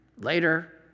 Later